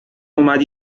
اومد